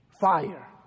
Fire